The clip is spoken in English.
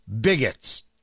bigots